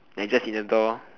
and just in the door